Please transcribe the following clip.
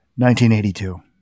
1982